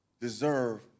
deserve